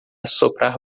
soprar